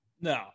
No